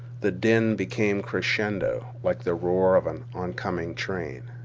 the din became crescendo, like the roar of an oncoming train.